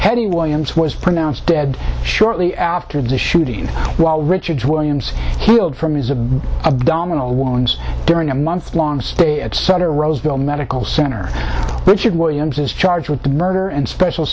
heading williams was pronounced dead shortly after the shooting while richard williams healed from his a abdominal wall and during a month long stay at sutter roseville medical center richard williams is charged with murder and special